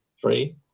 Three